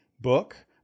book